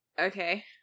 Okay